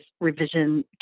revision